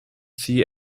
see